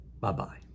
Bye-bye